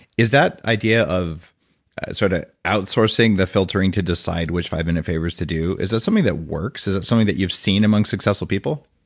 is that idea of sort of outsourcing the filtering to decide which five-minute favors to do? is that something that works? is that something that you've seen among successful people?